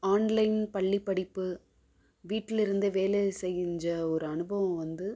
online பள்ளி படிப்பு வீட்டில் இருந்தே வேலை செஞ்ச ஒரு அனுபவம் வந்து